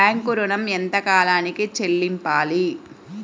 Bank ఋణం ఎంత కాలానికి చెల్లింపాలి?